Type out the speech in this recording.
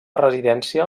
residència